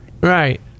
Right